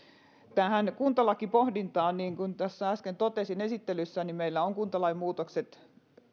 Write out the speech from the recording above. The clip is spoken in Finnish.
tähän kuntalakipohdintaan niin kuin tässä äsken totesin esittelyssä niin meillä ovat kuntalain muutokset